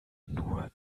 nur